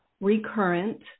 recurrent